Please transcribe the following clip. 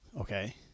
Okay